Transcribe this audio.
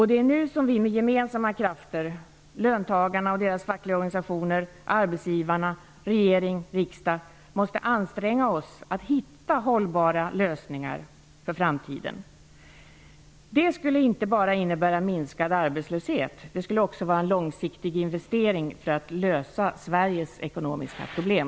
Det är nu som vi med gemensamma krafter -- tillsammans med löntagarna och deras fackliga organisationer, med arbetsgivarna samt med regeringen och riksdagen -- måste anstränga oss i arbetet med att hitta för framtiden hållbara lösningar. Det skulle inte bara innebära minskad arbetslöshet utan också vara en långsiktig investering för att lösa Sveriges ekonomiska problem.